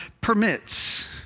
permits